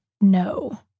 no